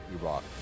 Iraq